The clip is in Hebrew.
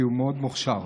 כי הוא מאוד מוכשר.